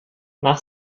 nach